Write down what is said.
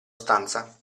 stanza